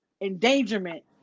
endangerment